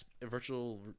virtual